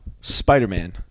Spider-Man